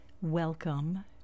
Welcome